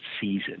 season